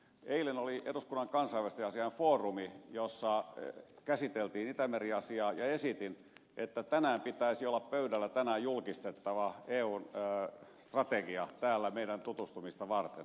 eilen oli eduskunnan kansainvälisten asiain foorumi jossa käsiteltiin itämeri asiaa ja esitin että tänään pitäisi olla pöydällä tänään julkistettava eun strategia täällä meidän tutustumista varten